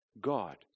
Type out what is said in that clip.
God